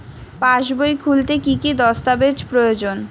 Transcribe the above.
পাসবই খুলতে কি কি দস্তাবেজ প্রয়োজন?